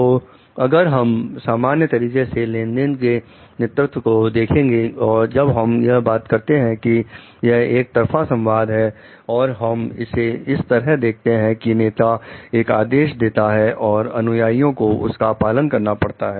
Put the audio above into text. तो अगर हम सामान्य तरीके से लेन देन के नेतृत्व को देखेंगे और जब हम यह बात करते हैं कि यह एकतरफा संवाद है और हम इसे इस तरह देखते हैं कि नेता एक आदेश देता है और अनुयायियों को उसका पालन करना पड़ता है